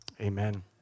Amen